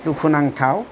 दुखु नांथाव